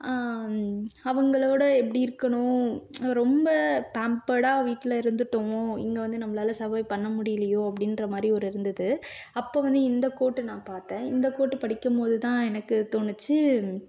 அவங்களோட எப்படி இருக்கணும் ரொம்ப பேம்பர்டாக வீட்டில் இருந்துவிட்டோமோ இங்கே வந்து நம்மளால் சர்வைவ் பண்ண முடியலையோ அப்படின்ற மாதிரி ஒரு இருந்தது அப்போ வந்து இந்த கோட்டு நான் பார்த்தேன் இந்த கோட்டு படிக்கும்போதுதான் எனக்கு தோணுச்சு